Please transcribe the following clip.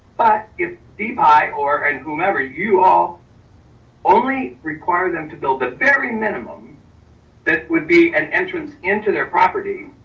but if dpi or an whomever, you all only require them to build the very minimum that would be an entrance into their property,